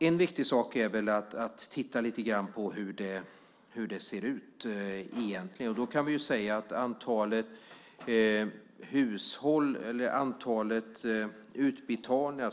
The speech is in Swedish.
En viktigt sak är att titta på hur det ser ut.